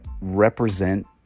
represent